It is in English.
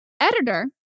editor